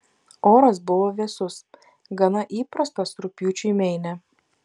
oras buvo vėsus gana įprastas rugpjūčiui meine